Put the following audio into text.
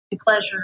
pleasure